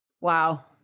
Wow